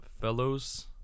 fellows